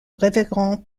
révérend